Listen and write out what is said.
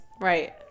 Right